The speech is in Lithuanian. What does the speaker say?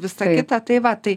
visa kita tai va tai